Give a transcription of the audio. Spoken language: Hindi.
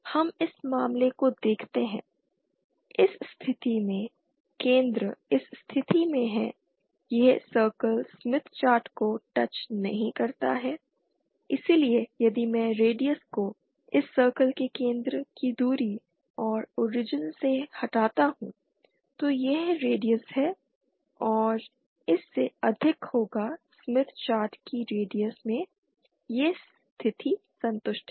हम इस मामले को देखते हैं इस स्थिति में केंद्र इस स्थिति में है यह सर्किल स्मित चार्ट को टच नहीं करता है इसलिए यदि मैं रेडियस को इस सर्किल के केंद्र की दूरी से ओरिजिन से हटाता हूं तो यह रेडियस है और इससे अधिक होगा स्मिथ चार्ट की रेडियस से यह स्थिति संतुष्ट है